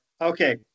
Okay